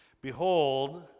Behold